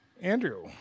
Andrew